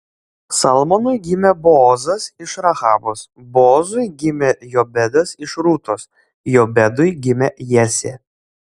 salmonui gimė boozas iš rahabos boozui gimė jobedas iš rūtos jobedui gimė jesė